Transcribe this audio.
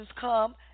come